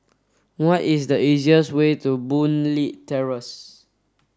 what is the easiest way to Boon Leat Terrace